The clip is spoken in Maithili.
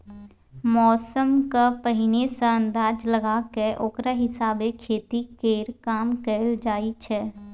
मौसमक पहिने सँ अंदाज लगा कय ओकरा हिसाबे खेती केर काम कएल जाइ छै